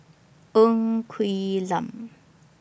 Ng Quee Lam